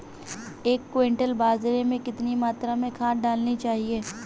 एक क्विंटल बाजरे में कितनी मात्रा में खाद डालनी चाहिए?